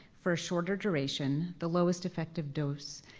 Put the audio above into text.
for a shorter duration, the lowest effective dose,